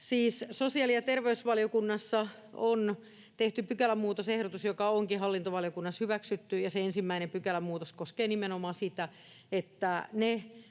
sosiaali- ja terveysvaliokunnassa on tehty pykälämuutosehdotus, joka onkin hallintovaliokunnassa hyväksytty. Se ensimmäinen pykälämuutos koskee nimenomaan sitä, että ne